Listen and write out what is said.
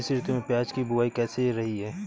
इस ऋतु में प्याज की बुआई कैसी रही है?